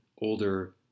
older